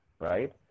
right